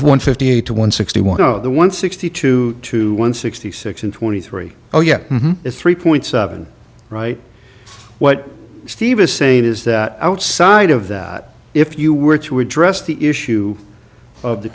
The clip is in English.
one fifty to one sixty one of the one sixty two to one sixty six and twenty three oh yeah it's three point seven right what steve is saying is that outside of that if you were to address the issue of the